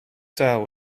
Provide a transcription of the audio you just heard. style